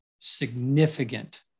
significant